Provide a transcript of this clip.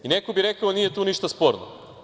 Neko bi rekao nije tu ništa sporno.